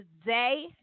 today